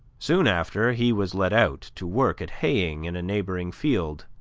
soon after he was let out to work at haying in a neighboring field,